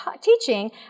teaching